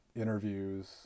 interviews